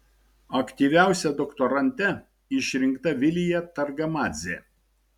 aktyviausia doktorante išrinkta vilija targamadzė